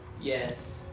Yes